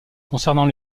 concernant